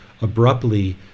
abruptly